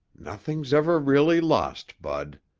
nothing's ever really lost, bud.